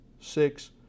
six